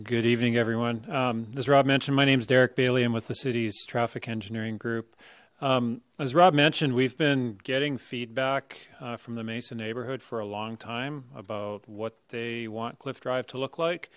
good evening everyone um as rob mentioned my name's derek bailey i'm with the city's traffic engineering group as rob mentioned we've been getting feedback from the mesa neighborhood for a long time about what they want cliff drive to look like